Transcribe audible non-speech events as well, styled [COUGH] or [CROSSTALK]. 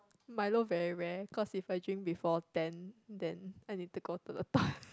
Milo very rare cause if I drink before ten then I need to go to the toilet [BREATH]